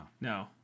No